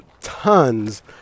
tons